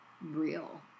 real